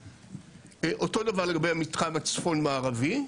אותו דבר לגבי המתחם הצפון-מערבי.